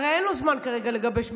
כי הרי אין לו זמן כרגע לגבש מדיניות,